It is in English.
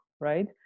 right